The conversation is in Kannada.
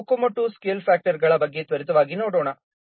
ಈಗ COCOMO II ಸ್ಕೇಲ್ ಫ್ಯಾಕ್ಟರ್ಗಳ ಬಗ್ಗೆ ತ್ವರಿತವಾಗಿ ನೋಡೋಣ